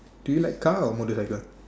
do you like car or motorcycle